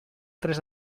tres